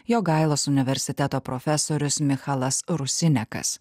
jogailos universiteto profesorius michalas rusinekas